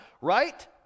right